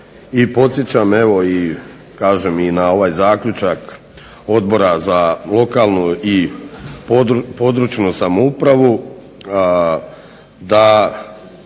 i kažem i na ovaj zaključak Odbora za lokalnu i područnu samoupravu da